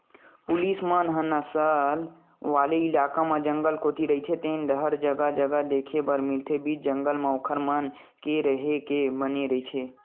police मन ह नक्सल वाले इलाका म जंगल कोती रहिते तेन डाहर जगा जगा देखे बर मिलथे बीच जंगल म ओखर मन के रेहे के बने रहिथे